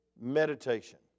meditation